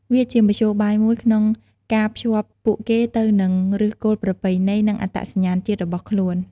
វាជាមធ្យោបាយមួយក្នុងការភ្ជាប់ពួកគេទៅនឹងឫសគល់ប្រពៃណី និងអត្តសញ្ញាណជាតិរបស់ខ្លួន។